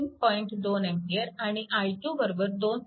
2 A आणि i2 2